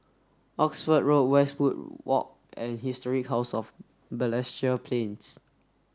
Oxford Road Westwood Walk and Historic House of Balestier Plains